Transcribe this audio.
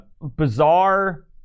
bizarre